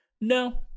no